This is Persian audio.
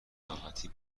راحتی